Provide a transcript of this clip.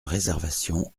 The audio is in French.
réservation